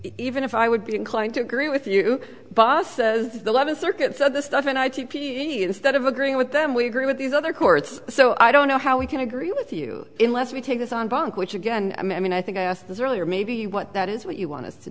even if i would be inclined to agree with you boss says the eleventh circuit said this stuff and i t p instead of agreeing with them we agree with these other courts so i don't know how we can agree with you in let me take this on bank which again i mean i think i asked this earlier maybe what that is what you want us to